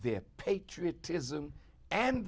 their patriotism and